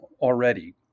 already